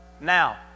Now